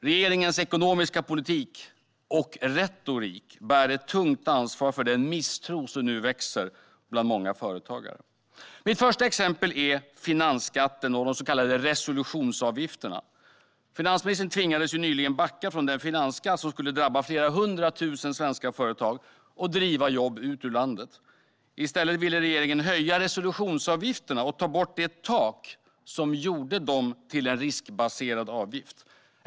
Regeringens ekonomiska politik, och retorik, bär ett tungt ansvar för den misstro som nu växer bland många företagare. Mitt första exempel är finansskatten och de så kallade resolutionsavgifterna. Finansministern tvingades nyligen backa från den finansskatt som skulle drabba flera hundra tusen svenska företag och driva jobb ut ur landet. I stället ville regeringen höja resolutionsavgifterna och ta bort det tak som gjorde dem till en riskbaserad avgift.